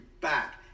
back